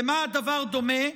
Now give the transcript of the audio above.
למה הדבר דומה?